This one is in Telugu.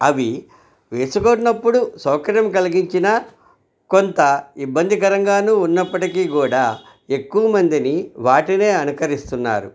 అవి వేసుకున్నప్పుడు సౌకర్యం కలిగించినా కొంత ఇబ్బందికరంగాను ఉన్నప్పటికీ కూడా ఎక్కువ మందిని వాటినే అనుకరిస్తున్నారు